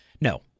No